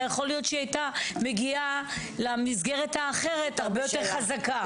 יכול להיות שהיא הייתה מגיעה למסגרת האחרת הרבה יותר חזקה.